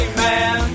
man